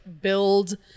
build